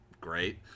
great